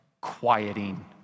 quieting